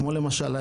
כמו למשל,